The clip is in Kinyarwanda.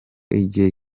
igihe